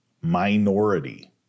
minority